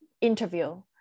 interview